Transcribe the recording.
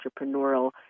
entrepreneurial